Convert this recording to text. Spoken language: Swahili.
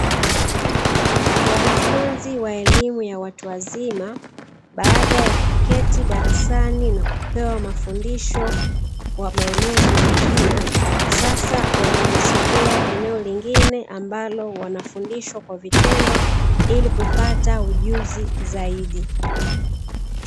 Wanafunzi wa elimu ya watu wazima baada ya kuketi darasani, wakipewa maelekezo ya elimu ya kivitendo kwa kina sasa wamesogea eneo lingine ambalo wanafundishwa kivitendo ili kupata ujuzi zaidi.